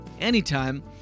anytime